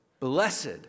Blessed